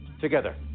together